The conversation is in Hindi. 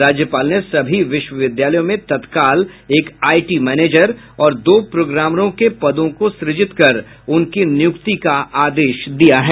राज्यपाल ने सभी विश्वविद्यालयों में तत्काल एक आईटी मैनेजर और दो प्रोग्रामरों के पदों को स्रजित कर उनकी नियुक्ति का आदेश दिया है